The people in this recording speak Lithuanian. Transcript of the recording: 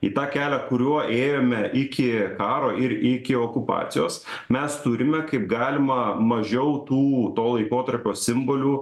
į tą kelią kuriuo ėjome iki karo ir iki okupacijos mes turime kaip galima mažiau tų to laikotarpio simbolių